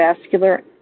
vascular